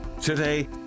today